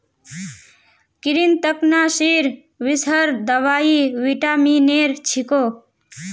कृन्तकनाशीर विषहर दवाई विटामिनेर छिको